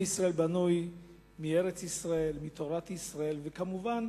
עם ישראל בנוי מארץ-ישראל, מתורת ישראל, וכמובן